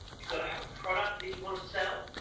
you've gotta have a product that you wanna sell,